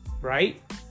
Right